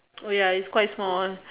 oh ya is quite small